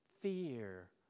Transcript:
fear